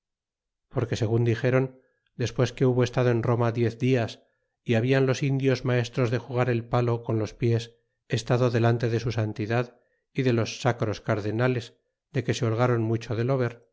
porque segun dixéron despues que hubo estado en roma diez dias y habian los indios maestros de jugar el palo con los pies estado delante de su santidad y de los sacros cardenales de que se holgron mucho de